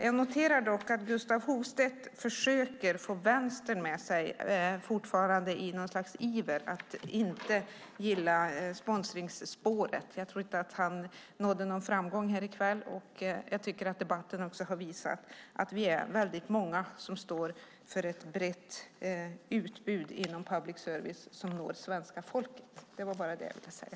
Jag noterar dock att Gustaf Hoffstedt fortfarande försöker få Vänstern med sig i något slags iver att inte gilla sponsringsspåret. Jag tror inte att han nådde någon framgång här i kväll. Jag tycker att debatten också har visat att vi är väldigt många som står för ett brett utbud inom public service som når svenska folket. Det var bara det jag ville säga.